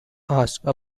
asked